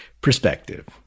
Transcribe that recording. perspective